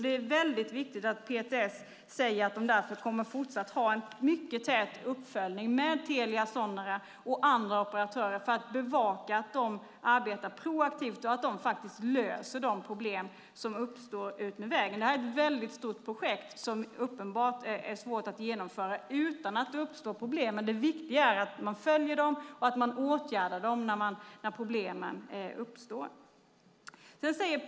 Det är därför viktigt att PTS säger att man kommer att fortsatt ha en mycket tät uppföljning med Telia Sonera och andra operatörer för att bevaka att de arbetar proaktivt och att de faktiskt löser de problem som uppstår utmed vägen. Detta är ett mycket stort projekt som uppenbart är svårt att genomföra utan att det uppstår problem. Men det viktiga är att man följer problemen och att man åtgärdar dem när de uppstår.